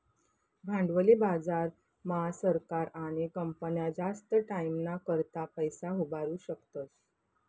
भांडवली बाजार मा सरकार आणि कंपन्या जास्त टाईमना करता पैसा उभारु शकतस